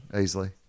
easily